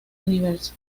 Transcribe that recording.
universo